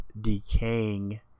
decaying